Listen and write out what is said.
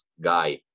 guy